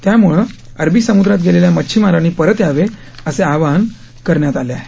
त्यामुळं अरबी समुद्रात गेलेल्या मच्छिमारांनी परत यावे असे आवाहन करण्यात आले आहे